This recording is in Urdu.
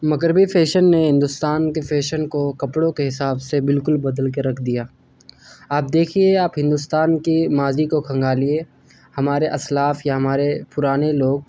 مغربی فیشن نے ہندوستان کے فیشن کو کپڑوں کے حساب سے بالکل بدل کے رکھ دیا آپ دیکھیے آپ ہندوستان کے ماضی کو کھنگالیے ہمارے اسلاف یا ہمارے پرانے لوگ